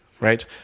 right